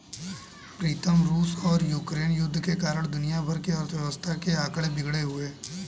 प्रीतम रूस और यूक्रेन युद्ध के कारण दुनिया भर की अर्थव्यवस्था के आंकड़े बिगड़े हुए